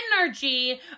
energy